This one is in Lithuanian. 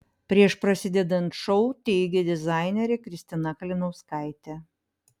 prieš prasidedant šou teigė dizainerė kristina kalinauskaitė